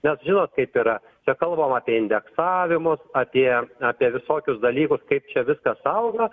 nes žinot kaip yra čia kalbama apie indeksavimus apie apie visokius dalykus kaip čia viskas auga